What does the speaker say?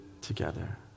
together